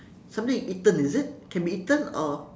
something eaten is it can be eaten or